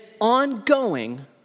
ongoing